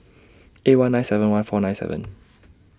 eight one nine seven one four nine seven